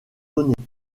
données